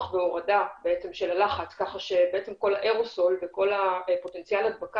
והורדה של הלחץ כך שכל האירוסול ופוטנציאל ההדבקה